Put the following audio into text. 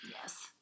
Yes